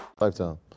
Lifetime